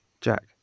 Jack